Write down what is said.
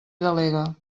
delegue